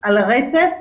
על הרצף,